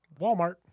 Walmart